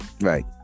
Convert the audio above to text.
right